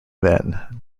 then